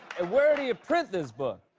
and where do you print this book?